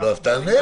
מזכירה